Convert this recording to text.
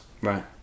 Right